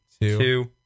two